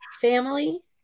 family